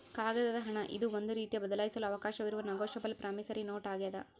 ಕಾಗದದ ಹಣ ಇದು ಒಂದು ರೀತಿಯ ಬದಲಾಯಿಸಲು ಅವಕಾಶವಿರುವ ನೆಗೋಶಬಲ್ ಪ್ರಾಮಿಸರಿ ನೋಟ್ ಆಗ್ಯಾದ